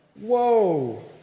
whoa